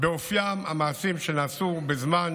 באופיים המעשים שנעשו בזמן